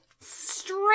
straight